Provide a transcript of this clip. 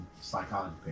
psychology